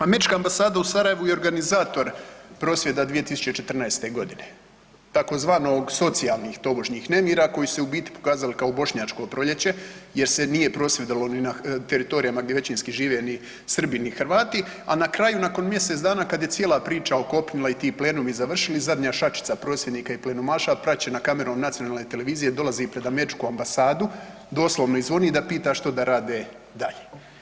Američka ambasada u Sarajevu je organizator prosvjeda 2014. godine tzv. socijalnih tobožnjih nemira koji su se u biti pokazali kao Bošnjačko proljeće jer se nije prosvjedovalo ni na teritorijama gdje većini žive ni Srbi, ni Hrvati, a na kraju nakon mjesec dana kad je cijela priča okopnila i tu plenumi završili zadnja šačica prosvjednika i plenumaša praćena kamerom nacionalne televizije dolazi pred Američku ambasadu, doslovno i zvoni da pita što da rade dalje.